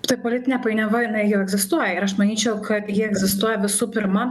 tai politinė painiava jinai jau egzistuoja ir aš manyčiau kad ji egzistuoja visų pirma